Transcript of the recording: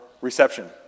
Reception